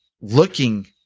looking